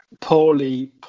poorly